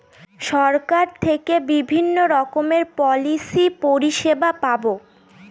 সরকার থেকে বিভিন্ন রকমের পলিসি পরিষেবা পাবো